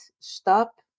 stop